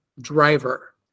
driver